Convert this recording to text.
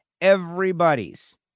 everybody's